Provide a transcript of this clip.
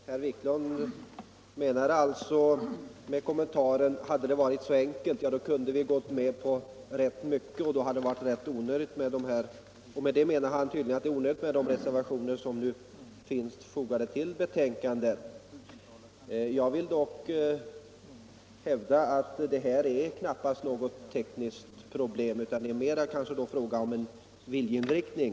Herr talman! Herr Wiklund menade tydligen med kommentaren ”hade det varit så enkelt kunde vi gått med på rätt mycket” att den reservation som finns fogad vid betänkandet är ganska onödig. Jag vill dock hävda att detta knappast är något tekniskt problem utan det är mera fråga om en viljeinriktning.